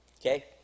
okay